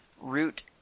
root